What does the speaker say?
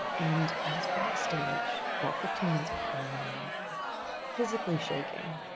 and i was backstage about fifteen minutes before i went on physically shaking.